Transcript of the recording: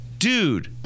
Dude